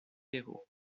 pero